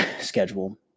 schedule